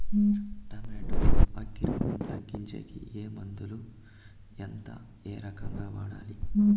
Tomato లో అగ్గి రోగం తగ్గించేకి ఏ మందులు? ఎంత? ఏ రకంగా వాడాలి?